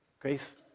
Grace